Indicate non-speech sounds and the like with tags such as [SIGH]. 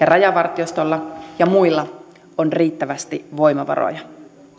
[UNINTELLIGIBLE] rajavartiostolla ja muilla on riittävästi voimavaroja